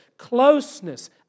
Closeness